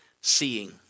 seeing